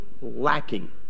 lacking